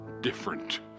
different